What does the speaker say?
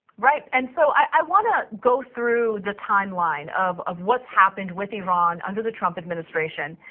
right, and so i wanna go through the timeline of of what's happened with iran under the trump administration.